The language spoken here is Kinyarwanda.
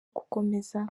gukomeza